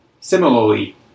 Similarly